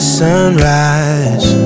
sunrise